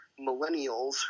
millennials